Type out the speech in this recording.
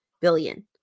billion